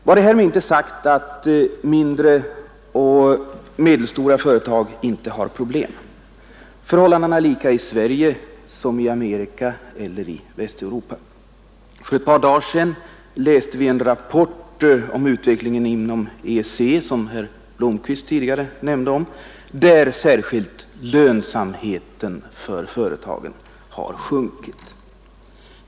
Vare härmed inte sagt att mindre och medelstora företag inte har problem. Förhållandena är lika i Sverige som i Västeuropa eller USA. För ett par dagar sedan läste vi en rapport om utvecklingen inom EEC, som herr Blomkvist tidigare nämnde om. Särskilt har lönsamheten för företagen sjunkit där.